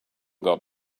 got